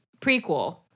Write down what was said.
prequel